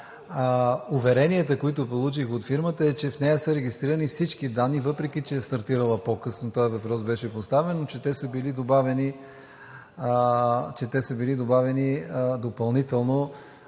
Уверенията, които получих от фирмата, са, че в нея са регистрирани всички данни, въпреки че е стартирала по-късно – този въпрос беше поставен, но че те са били добавени допълнително.